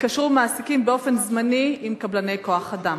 יתקשרו מעסיקים באופן זמני עם קבלני כוח-אדם.